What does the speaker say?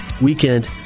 weekend